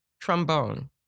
trombone